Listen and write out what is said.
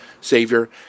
Savior